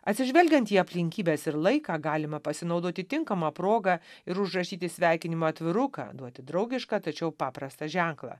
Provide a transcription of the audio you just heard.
atsižvelgiant į aplinkybes ir laiką galima pasinaudoti tinkama proga ir užrašyti sveikinimo atviruką duoti draugišką tačiau paprastą ženklą